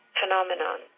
phenomenon